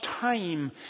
time